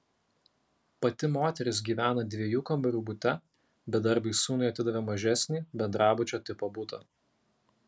pati moteris gyvena dviejų kambarių bute bedarbiui sūnui atidavė mažesnį bendrabučio tipo butą